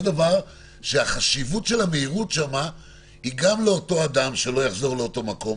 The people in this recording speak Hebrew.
זה דבר שהחשיבות של המהירות שם היא שגם שלא אותו אדם יחזור לאותו מקום,